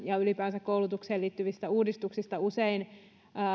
ja ylipäänsä koulutukseen liittyvistä uudistuksista usein